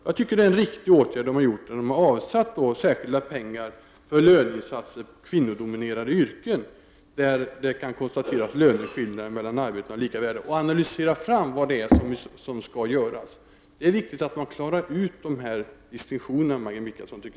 Jag tycker att man har vidtagit en riktig åtgärd när det har avsatts pengar för särskilda löneinsatser i kvinnodominerade yrken där löneskillnader kan konstateras mellan arbete av lika värde. Det är riktigt att analysera fram vad som skall göras. Jag tycker att det är viktigt, Maggi Mikaelsson, att klara ut dessa distinktioner.